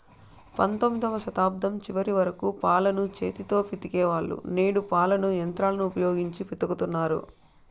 పంతొమ్మిదవ శతాబ్దం చివరి వరకు పాలను చేతితో పితికే వాళ్ళు, నేడు పాలను యంత్రాలను ఉపయోగించి పితుకుతన్నారు